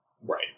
right